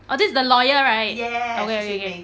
err this is the lawyer right okay okay okay